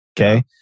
Okay